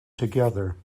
together